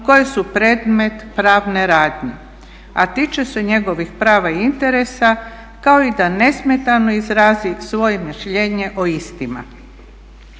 koje su predmet pravne radnje, a tiče se njegovih prava i interesa kao i da nesmetano izrazi svoje mišljenje o istima.